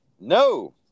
no